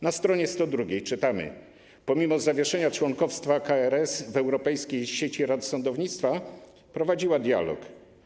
Na stronie 102 czytamy: pomimo zawieszenia członkostwa KRS w Europejskiej Sieci Rad Sądownictwa prowadziła dialog.